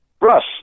Russ